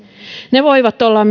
ne voivat olla myös